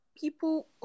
people